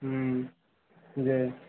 ہوں جی